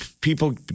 People